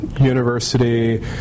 university